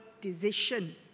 decision